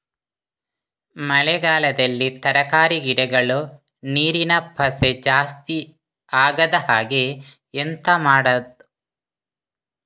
ಮಳೆಗಾಲದಲ್ಲಿ ತರಕಾರಿ ಗಿಡಗಳು ನೀರಿನ ಪಸೆ ಜಾಸ್ತಿ ಆಗದಹಾಗೆ ಎಂತ ಮಾಡುದು?